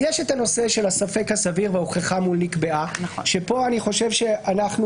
יש את הנושא של הספק הסביר וההוכחה וכאן אני חושב שאנחנו